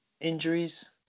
injuries